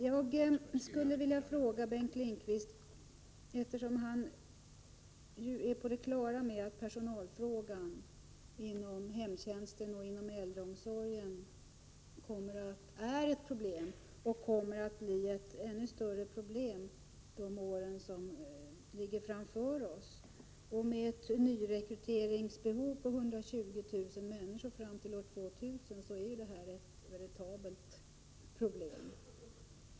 Jag skulle vilja ställa en fråga till Bengt Lindqvist, eftersom han är på det klara med att personalfrågan inom hemtjänsten och äldreomsorgen är ett problem och kommer att bli ett ännu större problem de år som ligger framför oss. Bl.a. med tanke på att vi kommer att ha ett nyrekryteringsbehov av 120 000 människor fram till år 2000 är detta ett veritabelt problem.